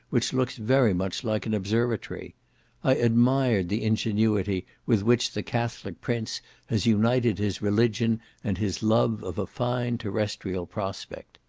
which looks very much like an observatory i admired the ingenuity with which the catholic prince has united his religion and his love of a fine terrestrial prospect.